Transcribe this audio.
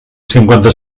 cinquanta